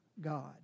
God